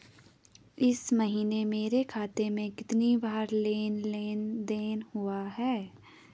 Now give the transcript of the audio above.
इस महीने मेरे खाते में कितनी बार लेन लेन देन हुआ है?